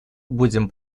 будем